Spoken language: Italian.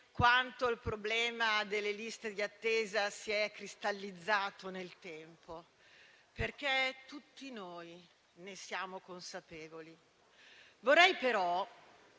quanto il problema delle liste d'attesa si sia cristallizzato nel tempo, perché tutti noi ne siamo consapevoli. Vorrei però